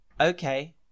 okay